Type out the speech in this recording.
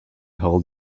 hold